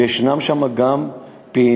וישנם שם גם פענוחים.